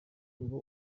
ngo